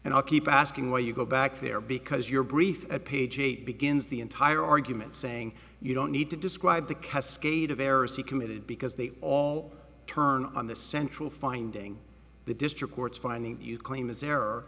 and i keep asking why you go back there because your brief at page eight begins the entire argument saying you don't need to describe the cascade of errors he committed because they all turn on the central finding the district court's finding you claim as error